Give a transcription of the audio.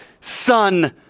son